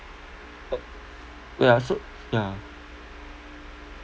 ok~ ya so yeah